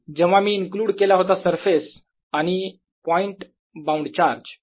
जेव्हा मी इन्क्ल्युड केला होता सरफेस आणि पॉईंट बाउंड चार्ज